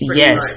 yes